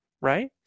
right